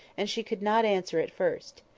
and she could not answer at first.